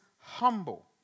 humble